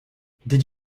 did